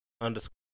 underscore